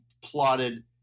plotted